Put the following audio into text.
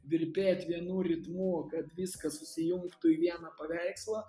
virpėt vienu ritmu kad viskas susijungtų į vieną paveikslą